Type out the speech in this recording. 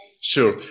sure